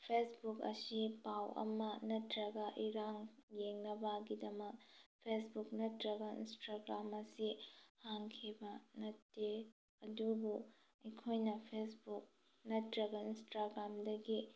Facebook ꯑꯁꯤ ꯄꯥꯎ ꯑꯃ ꯅꯠꯇ꯭ꯔꯒ ꯏꯔꯥꯡ ꯌꯦꯡꯅꯕꯒꯤꯗꯃꯛ ꯐꯦꯁꯕꯨꯛ ꯅꯠꯇ꯭ꯔꯒ ꯏꯟꯁꯇ꯭ꯔꯒ꯭ꯔꯥꯝ ꯑꯁꯤ ꯍꯥꯡꯈꯤꯕ ꯅꯠꯇꯦ ꯑꯗꯨꯕꯨ ꯑꯩꯈꯣꯏꯅ ꯐꯦꯁꯕꯨꯛ ꯅꯠꯇ꯭ꯔꯒ ꯏꯟꯁꯇꯥꯒ꯭ꯔꯥꯝꯗꯒꯤ